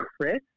Chris